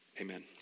Amen